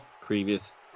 Previous